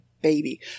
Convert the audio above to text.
baby